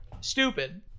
stupid